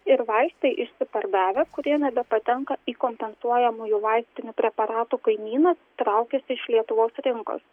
ir vaistai išsipardavę kurie nebepatenka į kompensuojamųjų vaistinių preparatų kainyną traukiasi iš lietuvos rinkos